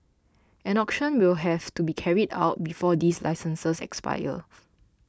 an auction will have to be carried out before these licenses expire